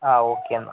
ആ ഓക്കെ എന്നാൽ